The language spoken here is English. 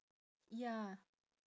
ya